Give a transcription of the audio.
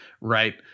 right